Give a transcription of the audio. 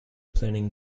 planning